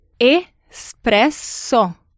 Espresso